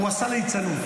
הוא עשה ליצנות.